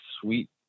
sweet